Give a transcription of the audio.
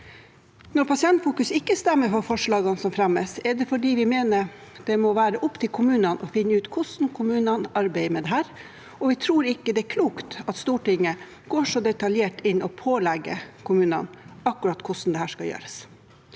Når Pasientfokus ikke stemmer for forslagene som fremmes, er det fordi vi mener det må være opp til kommunene å finne ut hvordan kommunene arbeider med dette, og vi tror ikke det er klokt at Stortinget går så detaljert inn og pålegger kommunene akkurat hvordan dette skal gjøres.